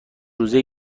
روزه